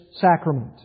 sacrament